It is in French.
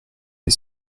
les